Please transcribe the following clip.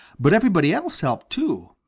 but everybody else helped too.